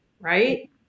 right